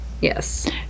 Yes